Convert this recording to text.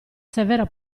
severa